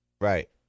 Right